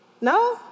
No